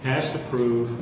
has to prove